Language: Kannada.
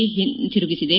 ಒಂತಿರುಗಿಸಿದೆ